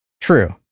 True